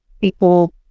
people